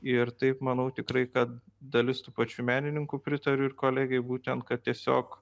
ir taip manau tikrai kad dalis tų pačių menininkų pritariu ir kolegei būtent kad tiesiog